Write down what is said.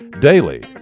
Daily